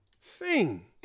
sing